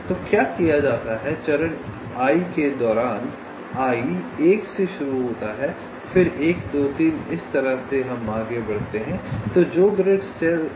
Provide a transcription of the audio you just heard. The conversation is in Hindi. तो क्या किया जाता है कि चरण i के दौरान i 1 से शुरू होता है फिर 1 2 3 इस तरह से हम आगे बढ़ते हैं